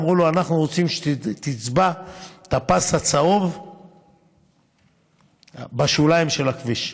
אמרו לו: אנחנו רוצים שתצבע את הפס הצהוב בשוליים של הכביש.